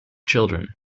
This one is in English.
children